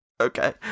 Okay